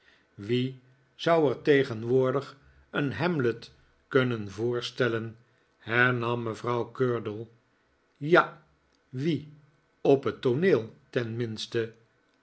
wie zou er tegenwoordig een hamlet kunnen voorstellen hernam mevrouw curdle ja wie op het tooneel tenminste